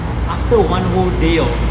after one whole day of